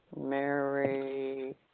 Mary